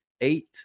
eight